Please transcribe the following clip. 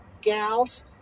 Gals